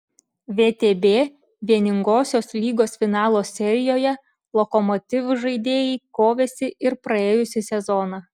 vtb vieningosios lygos finalo serijoje lokomotiv žaidėjai kovėsi ir praėjusį sezoną